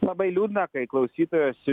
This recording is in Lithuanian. labai liūdna kai klausytojas